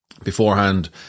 Beforehand